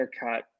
haircut